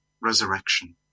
resurrection